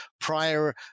prior